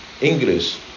english